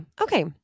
Okay